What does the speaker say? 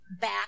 back